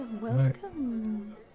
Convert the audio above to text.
welcome